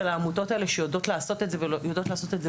העמותות האלה שיודעות לעשות את זה ויודעות לעשות את זה